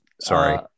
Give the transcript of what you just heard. sorry